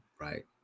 Right